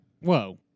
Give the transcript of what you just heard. Whoa